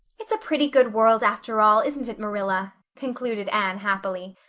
it's a pretty good world, after all, isn't it, marilla? concluded anne happily.